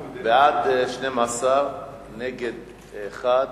בעד, 12, נגד, 1,